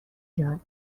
جان